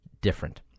different